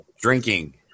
Drinking